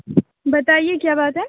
بتائیے کیا بات ہے